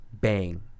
bang